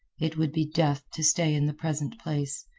it would be death to stay in the present place,